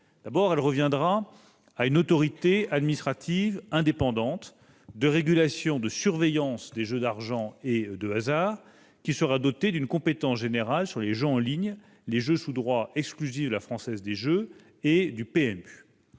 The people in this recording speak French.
D'abord, elle reviendra à une autorité administrative indépendante de régulation et de surveillance des jeux d'argent et de hasard qui sera dotée d'une compétence générale sur les jeux en ligne, les jeux sous droits exclusifs de la Française des jeux et du PMU.